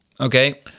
Okay